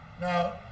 Now